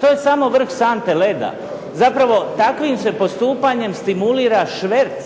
To je samo vrh sante leda. Zapravo, takvim se postupanjem stimulira šverc